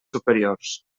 superiors